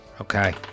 Okay